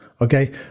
Okay